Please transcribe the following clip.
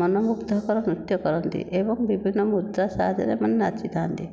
ମନ ମୁଗ୍ଧକର ନୃତ୍ୟ କରନ୍ତି ଏବଂ ବିଭିନ୍ନ ମୁଦ୍ରା ସାହାଯ୍ୟରେ ଏମାନେ ନାଚିଥା'ନ୍ତି